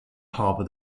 harbor